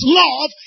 love